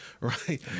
Right